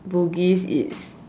Bugis is